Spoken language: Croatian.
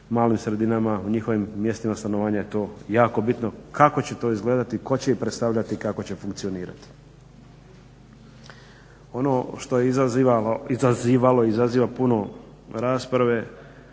malim sredinama, u njihovim mjestima stanovanja je to jako bitno kako će to izgledati i tko će ih predstavljati i kako će funkcionirati. Ono što je izazivalo i izaziva puno rasprave,